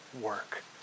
work